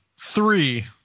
three